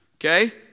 Okay